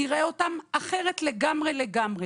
יראה אותם אחרת לגמרי לגמרי.